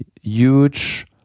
huge